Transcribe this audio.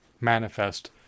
manifest